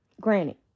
Granted